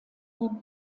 der